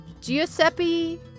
Giuseppe